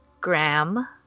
Graham